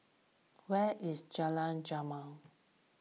where is Jalan Jamal